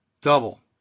Double